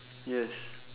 yes